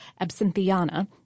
absinthiana